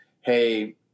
hey